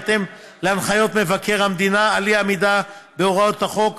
בהתאם להנחיות מבקר המדינה על אי-עמידה בהוראות החוק,